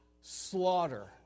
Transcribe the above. slaughter